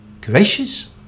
Gracious